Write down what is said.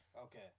Okay